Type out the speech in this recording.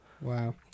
Wow